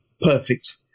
perfect